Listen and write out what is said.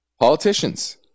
Politicians